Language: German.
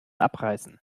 abreißen